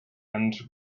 and